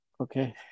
Okay